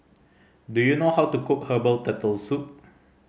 do you know how to cook herbal Turtle Soup